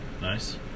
nice